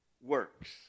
works